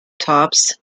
tops